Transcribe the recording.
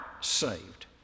saved